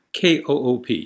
KOOP